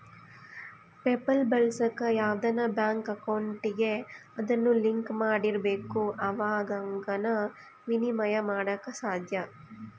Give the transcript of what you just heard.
PayPal ಬಳಸಾಕ ಯಾವ್ದನ bank ಅಕೌಂಟಿಗೆ ಅದುನ್ನ ಲಿಂಕ್ ಮಾಡಿರ್ಬಕು ಅವಾಗೆ ಃನ ವಿನಿಮಯ ಮಾಡಾಕ ಸಾದ್ಯ